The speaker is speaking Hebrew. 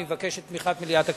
אני מבקש את תמיכת מליאת הכנסת.